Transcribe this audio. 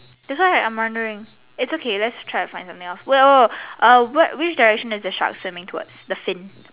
that's why I'm wondering it's okay let's try to find something else wait oh oh uh which direction is the shop sending towards the sing